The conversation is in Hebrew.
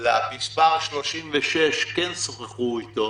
מספר 36 כן שוחחו איתו